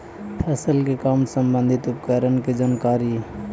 फसल के काम संबंधित उपकरण के जानकारी?